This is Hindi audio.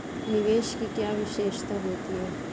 निवेश की क्या विशेषता होती है?